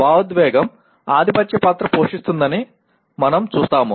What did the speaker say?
భావోద్వేగం ఆధిపత్య పాత్ర పోషిస్తుందని మనం చూస్తాము